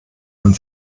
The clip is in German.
man